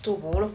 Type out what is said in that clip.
赌博了